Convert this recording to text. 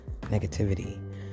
negativity